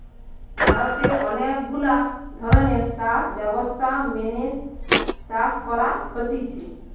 ভারতে অনেক গুলা ধরণের চাষ ব্যবস্থা মেনে চাষ করা হতিছে